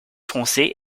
foncé